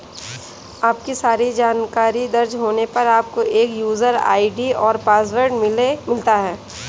आपकी सारी जानकारी दर्ज होने पर, आपको एक यूजर आई.डी और पासवर्ड मिलता है